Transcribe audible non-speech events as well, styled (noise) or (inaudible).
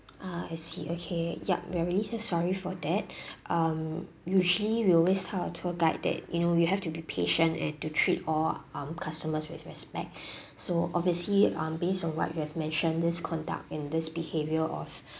ah I see okay yup we're really so sorry for that (breath) um usually we always tell our tour guide that you know you have to be patient and to treat all um customers with respect (breath) so obviously um based on what you have mentioned this conduct in this behavior of (breath)